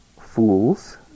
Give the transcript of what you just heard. fools